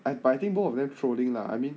I but I think both of them trolling lah I mean